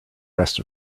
rest